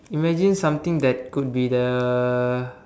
imagine something that could be the